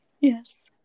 Yes